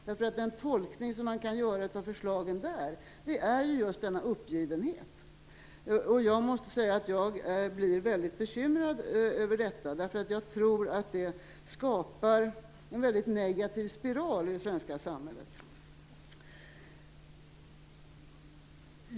Den tolkning man kan göra av de förslagen är just denna uppgivenhet. Detta gör mig väldigt bekymrad, ty jag tror att det skapar en väldigt negativ spiral i det svenska samhället.